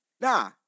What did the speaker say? Nah